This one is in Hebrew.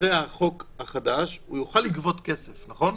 אחרי החוק החדש יוכל לגבות כסף, נכון?